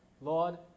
Lord